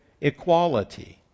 equality